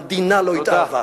המדינה לא התערבה,